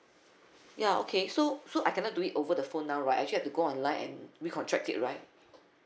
ya okay so so I cannot do it over the phone now right I actually had to go online and re-contract it right